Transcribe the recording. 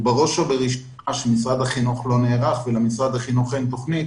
ובראש ובראשונה שמשרד החינוך לא נערך ושלמשרד החינוך אין תכנית.